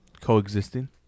Coexisting